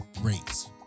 rates